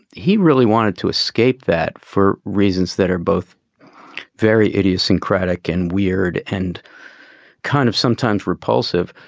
he really wanted to escape that for reasons that are both very idiosyncratic and weird and kind of sometimes repulsive,